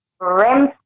REM